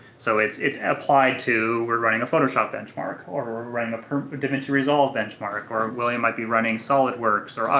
so it's it's applied to we're running a photoshop benchmark or we're we're running a davinci resolve benchmark or william might be running solidworks or ah